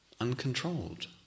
uncontrolled